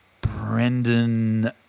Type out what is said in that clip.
Brendan